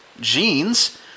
Jeans